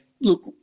look